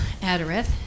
Adareth